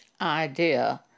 idea